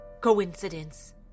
Coincidence